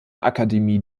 akademie